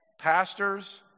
pastors